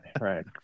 Right